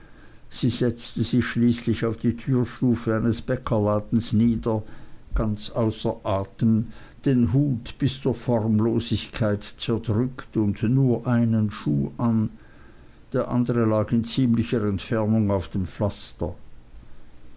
sie setzte sich schließlich auf die türstufe eines bäckerladens nieder ganz außer atem den hut bis zur formlosigkeit zerdrückt und nur einen schuh an der andere lag in ziemlicher entfernung auf dem pflaster